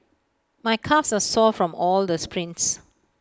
my calves are sore from all the sprints